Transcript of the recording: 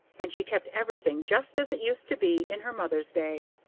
and she kept everything just as it used to be in her mother's day.